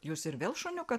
jūs ir vėl šuniuką